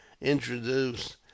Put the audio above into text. introduced